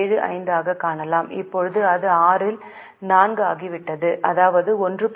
75 ஆகக் காணலாம் இப்போது அது 6 ஆல் 4 ஆகிவிட்டது அதாவது 1